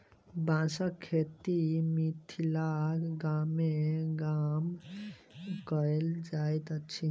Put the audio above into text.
बाँसक खेती मिथिलाक गामे गाम कयल जाइत अछि